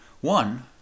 One